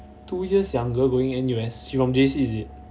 two years younger going N_U_S she from J_C is it